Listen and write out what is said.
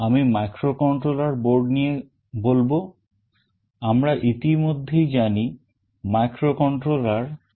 আমি microcontroller board নিয়ে বলবো আমরা ইতিমধ্যেই জানি microcontroller কি